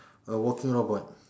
a walking robot